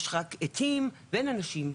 יש רק עצים ואין אנשים.